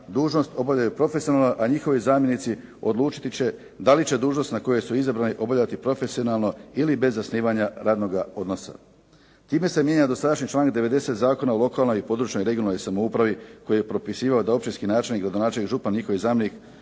dužnost obavljaju profesionalno, a njihovi zamjenici odlučiti će da li će dužnost na koje su izabrani obavljati profesionalno ili bez zasnivanja radnoga odnosa. Time se mijenja dosadašnji članak 90. Zakona o lokalnoj i područnoj (regionalnoj) samoupravi koji je propisivao da općinski načelnik, gradonačelnik, župan njihov zamjenik